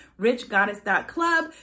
richgoddess.club